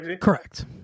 Correct